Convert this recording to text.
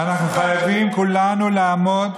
בשם כל אותם ילדים חריגים אנחנו חייבים כולנו לעמוד,